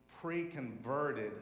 pre-converted